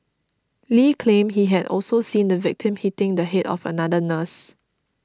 Lee claimed he had also seen the victim hitting the head of another nurse